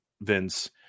Vince